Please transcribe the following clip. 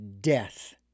death